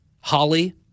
Holly